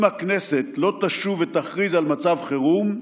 אם הכנסת לא תשוב ותכריז על מצב חירום,